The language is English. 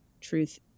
truth